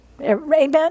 Amen